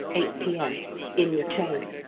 eight p m in the train.